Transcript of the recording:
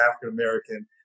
African-American